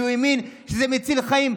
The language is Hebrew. כי הוא האמין שזה מציל חיים,